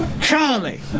Charlie